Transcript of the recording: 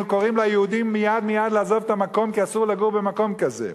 היינו קוראים ליהודים מייד-מייד לעזוב את המקום כי אסור לגור במקום כזה.